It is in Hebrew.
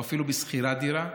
או אפילו בשכירת דירה,